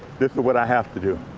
this is what i have to dio